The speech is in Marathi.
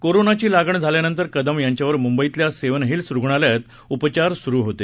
कोरोनाची लागण झाल्यानंतर कदम यांच्यावर मुंबईतल्या सेवन हिल्स रुग्णालयात उपचार सुरू होते